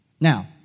Now